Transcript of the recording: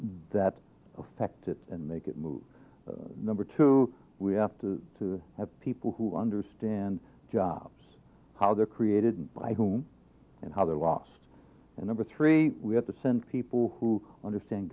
that affect it and make it move number two we have to have people who understand jobs how they're created by whom and how they're lost and number three we have to send people who understand